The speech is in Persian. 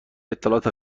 اطلاعات